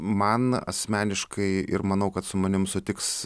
man asmeniškai ir manau kad su manim sutiks